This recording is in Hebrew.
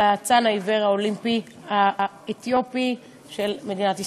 על האצן העיוור האולימפי האתיופי של מדינת ישראל.